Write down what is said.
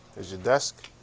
there's your desk.